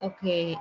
Okay